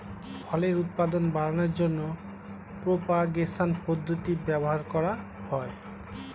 ফলের উৎপাদন বাড়ানোর জন্য প্রোপাগেশন পদ্ধতি ব্যবহার করা হয়